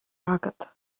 agat